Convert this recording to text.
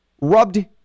rubbed